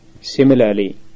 Similarly